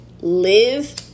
live